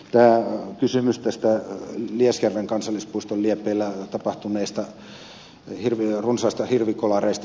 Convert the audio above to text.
tämä kysymys näistä liesjärven kansallispuiston liepeillä tapahtuneista runsaista hirvikolareista